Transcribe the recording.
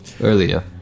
earlier